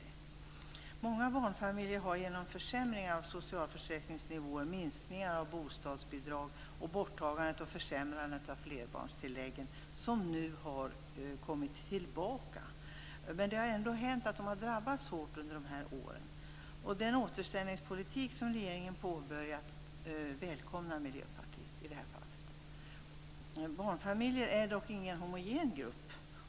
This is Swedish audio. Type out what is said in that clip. Många barnfamiljer har genom försämringar av socialförsäkringsnivåer, minskningar av bostadsbidrag och borttagandet och försämrandet av flerbarnstilläggen drabbats hårt under de här åren. Nu har flerbarnstilläggen kommit tillbaka, och den återställningspolitik som regeringen påbörjat välkomnar Miljöpartiet i det här fallet. Barnfamiljer är ingen homogen grupp.